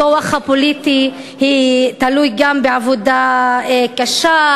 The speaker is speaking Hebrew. הכוח הפוליטי תלוי גם בעבודה קשה,